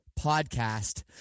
podcast